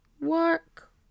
work